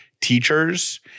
teachers